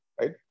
right